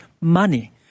money